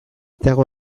dago